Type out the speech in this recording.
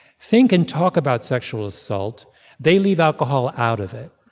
think and talk about sexual assault they leave alcohol out of it.